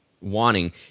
wanting